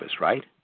right